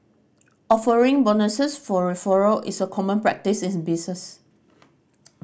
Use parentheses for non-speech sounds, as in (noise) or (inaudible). offering bonuses for referral is a common practise in (unintelligible) business